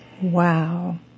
wow